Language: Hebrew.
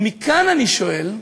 מכאן, אני שואל,